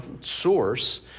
source